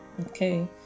okay